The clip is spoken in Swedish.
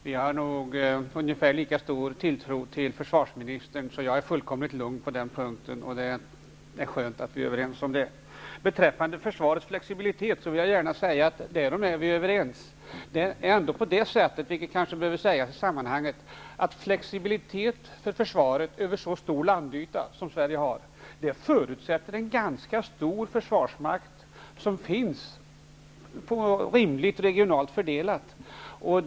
Herr talman! Vi har nog ungefär lika stor tilltro till försvarsministern, så jag är fullkomligt lugn på den punkten. Det är skönt att vi är överens om det. Beträffande försvarets flexibilitet vill jag gärna säga att vi är överens. Men det behöver kanske sägas i sammanhanget att en flexibilitet för försvaret över Sveriges stora landyta, förutsätter en ganska stor försvarsmakt som finns rimligt regionalt fördelad.